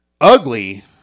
Ugly